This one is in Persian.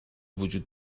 وجود